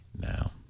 now